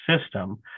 system